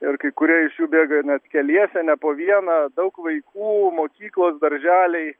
ir kai kurie iš jų bėga net keliese ne po vieną daug vaikų mokyklos darželiai